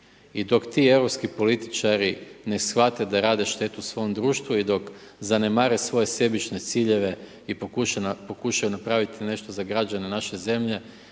I dok ti europski političari ne shvate da rade štetu svom društvu i dok zanemare svoje sebične ciljeve i pokušaju napraviti nešto za građane naše zemlje